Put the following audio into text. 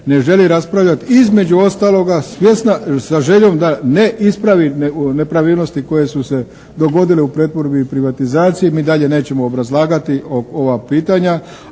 ne želi raspravljati između ostaloga svjesna, sa željom da ne ispravi nepravilnosti koje su se dogodile u pretvorbi i privatizaciji mi dalje nećemo obrazlagati ova pitanja.